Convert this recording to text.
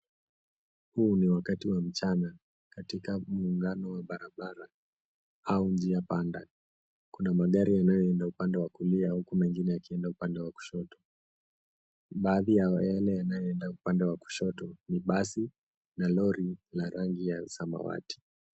Huu ni wakati wa mchana katika muungano wa barabara au njia panda. Kuna magari yanayoenda upande wa kulia na huku mengine yakienda upande wa kushoto. Baadhi ya yale yanayoenda upande wa kushoto, ni basi na lori la rangi ya samawati.